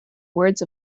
words